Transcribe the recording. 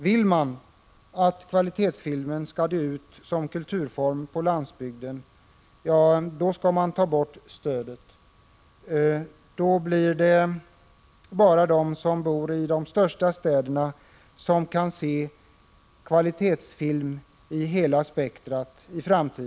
Vill man att kvalitetsfilmen skall dö ut som kulturform på landsbygden, skall man ta bort stödet. Då blir det i framtiden bara de som bor i de största städerna som kan se kvalitetsfilm i hela spektrat.